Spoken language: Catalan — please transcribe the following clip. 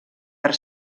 per